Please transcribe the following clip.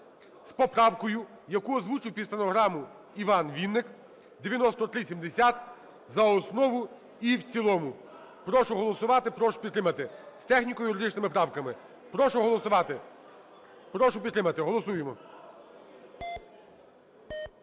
з поправкою, яку озвучив під стенограму Іван Вінник, (9370) за основу і в цілому. Прошу голосувати, прошу підтримати, з техніко-юридичними правками. прошу голосувати, прошу підтримати. Голосуємо!